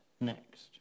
next